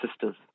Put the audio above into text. sisters